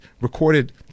recorded